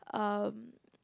um